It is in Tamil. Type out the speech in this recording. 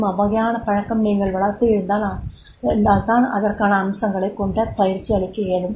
அவ்வகையான பழக்கம் நீங்கள் வளர்த்தியிருந்தால் தான் அதற்கான அம்சங்களைக் கொண்ட பயிற்சியளிக்க இயலும்